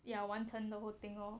ya one turn the whole thing lor